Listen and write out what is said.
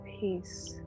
peace